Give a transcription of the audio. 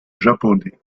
japonais